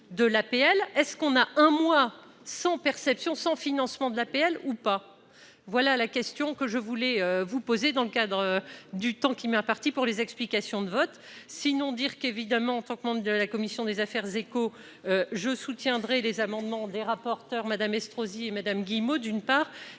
de l'APL est ce qu'on a un mois sans perception sans financement de l'APL ou pas, voilà la question que je voulais vous poser dans le cadre du temps qui m'est imparti pour les explications de vote, sinon dire qu'évidemment en tant que membre de la commission des affaires je soutiendrai les amendement des rapporteurs madame Estrosi et madame Guillemot, d'une part,